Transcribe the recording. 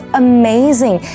amazing